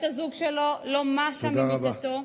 תודה רבה.